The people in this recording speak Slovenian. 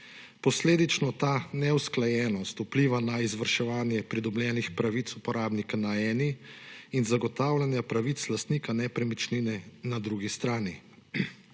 Posledično ta neusklajenost vpliva na izvrševanje pridobljenih pravic uporabnika na eni in zagotavljanje pravic lastnika nepremičnine na drugi strani.